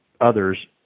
others